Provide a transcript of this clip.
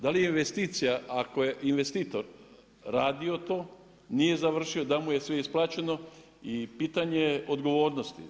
Da li je investicija, ako je investitor radio to, nije završio, da mu je sve isplaćeno i pitanje je odgovornosti.